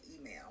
email